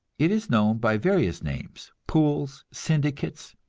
it is known by various names, pools, syndicates,